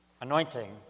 Anointing